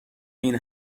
این